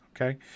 Okay